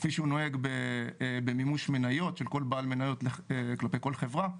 כפי שהוא נוהג במימוש מניות של כל בעל מניות כלפי כל חברה.